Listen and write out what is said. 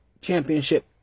Championship